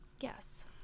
Yes